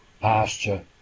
pasture